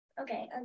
okay